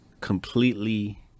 completely